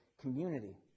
community